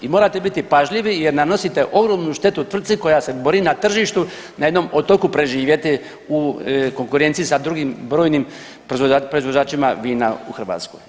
I morate biti pažljivi jer nanosite ogromnu štetu tvrtci koja se bori na tržištu, na jednom otoku preživjeti u konkurenciji sa drugim brojnim proizvođačima vina u Hrvatskoj.